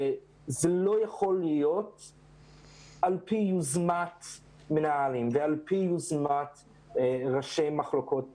וזה לא יכול להיות לפי יוזמת מנהלים ולפי יוזמת ראשי מחלקות חינוך.